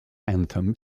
anthem